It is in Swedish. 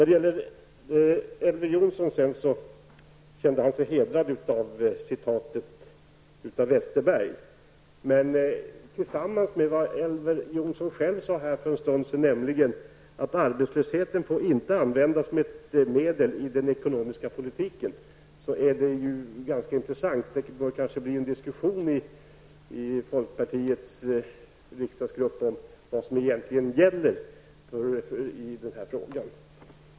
Westerbergs citat, men för en stund sedan sade Elver Jonsson själv att arbetslösheten inte får användas som ett medel i den ekonomiska politiken. Det är ganska intressant, och det bör kanske bli en diskussion i folkpartiets riksdagsgrupp om vad som egentligen gäller i den här frågan.